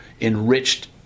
Enriched